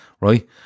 right